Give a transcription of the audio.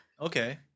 Okay